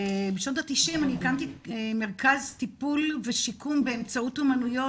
בשנות ה-90 הקמתי מרכז טיפול ושיקום באמצעות אומנויות,